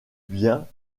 bien